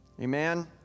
Amen